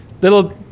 little